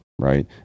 right